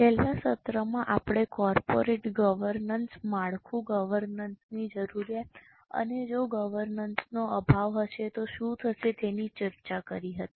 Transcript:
છેલ્લા સત્રમાં આપણે કોર્પોરેટ ગવર્નન્સ માળખું ગવર્નન્સની જરૂરિયાત અને જો ગવર્નન્સનો અભાવ હશે તો શું થશે તેની ચર્ચા કરી હતી